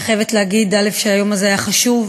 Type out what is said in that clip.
אני חייבת להגיד שהיום הזה היה חשוב.